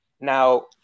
now